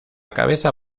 cabeza